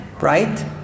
right